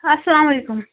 اَسلامُ علیکُم